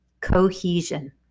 Cohesion